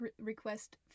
request